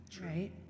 Right